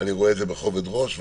אני רואה את זה בכובד ראש.